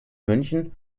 münchen